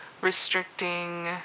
restricting